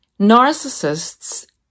narcissists